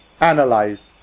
analyzed